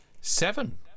Seven